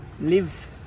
live